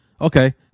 Okay